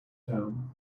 down